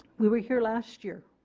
we were here last year,